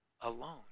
alone